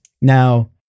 Now